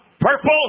purple